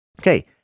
Okay